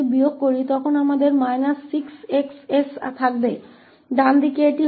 तो यह 𝑠 1𝑠 2 और फिर जब हम इसे घटाते हैं तो हमारे पास −6𝑋𝑠 होता है